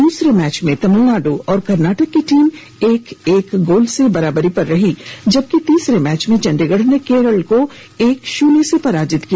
दूसरे मैच में तमिलनाड और कर्नाटक की टीम एक एक गोल से बराबरी पर रही जबकि तीसरे मैच में चंडीगढ़ ने केरल को एक शून्य से पराजित किया